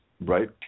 right